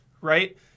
right